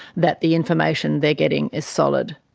that the information they're getting is solid?